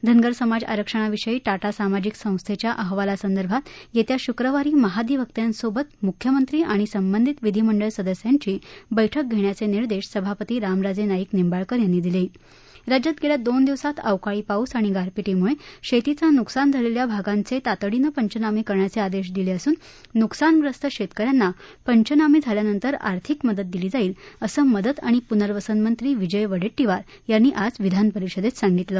धनगर समाज आरक्षणाविषयी टाटा सामाजिक संस्थाच्या अहवालासंदर्भात यख्या शुक्रवारी महाधिवक्त्यांसोबत मुख्यमंत्री आणि संबंधित विधिमंडळ सदस्यांचा बैठक घप्रिाचनिर्देश सभापती रामराजनाईक निंबाळकर यांनी दिल राज्यात गळ्वा दोन दिवसात अवकाळी पाऊस आणि गारपिटीमुळ्वातीवं नुकसान झालक्ष्मी भागांवतितडीनं पंचनामक्रिण्याचक् आदक्षीदिलखिसून नुकसानग्रस्त शक्कि यांना पंचनामझिल्यानंतर आर्थिक मदत दिली जाईल असं मदत आणि पुनर्वसन मंत्री विजय वड्टीप्रार यांनी आज विधानपरिषदत्त सांगितलं